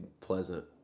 pleasant